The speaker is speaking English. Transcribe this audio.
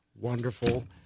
wonderful